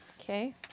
okay